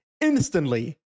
Instantly